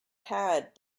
had